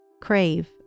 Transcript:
crave